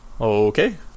okay